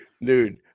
Dude